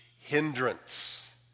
hindrance